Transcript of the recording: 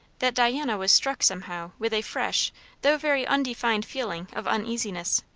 that diana was struck somehow with a fresh though very undefined feeling of uneasiness.